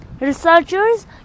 Researchers